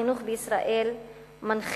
החינוך בישראל מנחיל